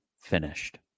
finished